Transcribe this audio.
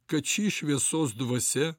kad ši šviesos dvasia